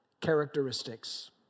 characteristics